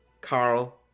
Carl